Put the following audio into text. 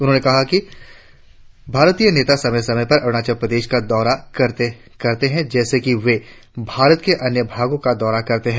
उन्होंने कहा कि भारतीय नेता समय समय पर अरुणाचल प्रदेश का दौरा करते है जैसा कि वे भारत के अन्य भागों का दौरा करते है